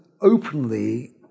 openly